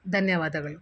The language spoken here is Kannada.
ಧನ್ಯವಾದಗಳು